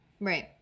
Right